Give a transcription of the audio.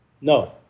no